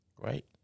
right